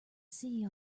see